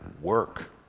work